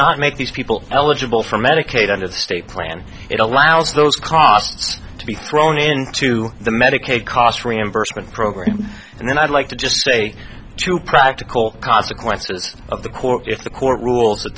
not make these people eligible for medicaid under the state plan it allows those costs to be thrown into the medicaid cost reimbursement program and then i'd like to just say to practical consequences of the court if the court rules that